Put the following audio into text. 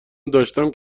داشتم